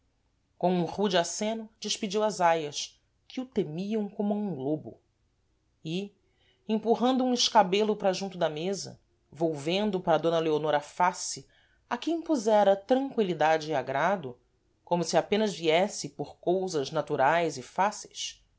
com um rude acêno despediu as aias que o temiam como a um lôbo e empurrando um escabelo para junto da mesa volvendo para d leonor a face a que impusera tranqilidade e agrado como se apenas viesse por cousas naturais e fáceis